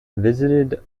visited